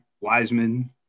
Wiseman